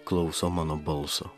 klauso mano balso